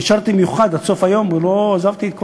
נשארתי במיוחד עד סוף היום ולא עזבתי את כל